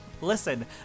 Listen